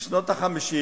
בשנות ה-50